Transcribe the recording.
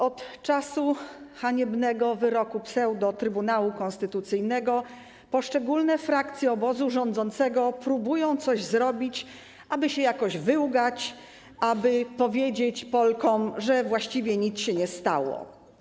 Od czasu haniebnego wyroku pseudo-Trybunału Konstytucyjnego poszczególne frakcje obozu rządzącego próbują coś zrobić, aby się jakoś wyłgać, aby powiedzieć Polkom, że właściwie nic się nie stało.